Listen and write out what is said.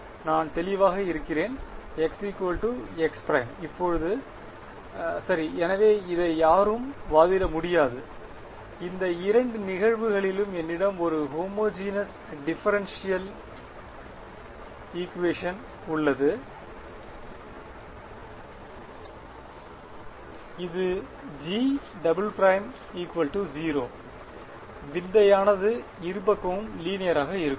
நான் தெளிவாக இருக்கிறேன்x x′ இப்போது சரி எனவே இதை யாரும் வாதிட முடியாது இந்த இரண்டு நிகழ்வுகளிலும்என்னிடம் ஒரு ஹோமோஜெனோஸ் டிஃபரென்ஷியல் ஈக்குவேஷன் உள்ளது இது G′′ 0 விந்தையானது இருபக்கமும் லீனியராக இருக்கும்